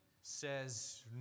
says